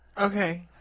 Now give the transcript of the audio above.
Okay